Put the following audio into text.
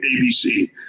ABC